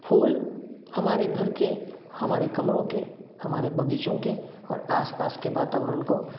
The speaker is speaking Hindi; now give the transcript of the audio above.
फूल हमारे घर के हमारे कमरों के हमारे बगीचों के और आस पास के वातावरण को